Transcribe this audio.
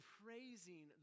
praising